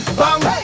bang